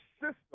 system